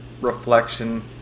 reflection